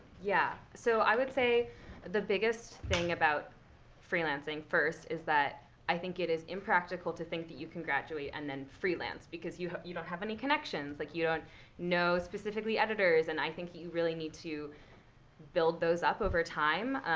yeah. so i would say the biggest thing about freelancing, first, is that i think it is impractical to think that you can graduate and then freelance, because you you don't have any connections. like you don't know specifically editors. and i think you really need to build those up over time.